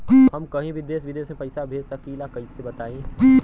हम कहीं भी देश विदेश में पैसा भेज सकीला कईसे बताई?